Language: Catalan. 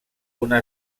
una